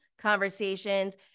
conversations